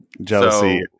Jealousy